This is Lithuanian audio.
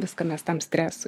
viską mes tam stresui